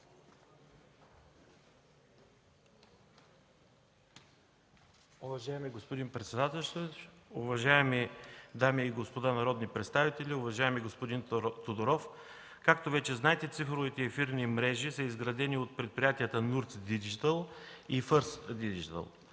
Уважаеми господин председателстващ, уважаеми дами и господа народни представители! Уважаеми господин Тодоров, както вече знаете, цифровите ефирни мрежи са изградени от предприятията „Нуртц диджитъл” и